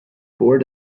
board